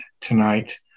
tonight